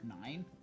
Nine